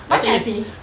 banyak seh